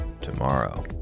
tomorrow